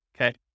Okay